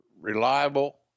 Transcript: reliable